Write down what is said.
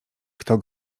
kto